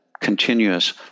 continuous